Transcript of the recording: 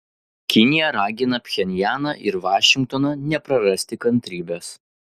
kinija ragina pchenjaną ir vašingtoną neprarasti kantrybės